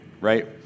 right